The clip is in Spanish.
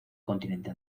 continente